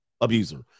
abuser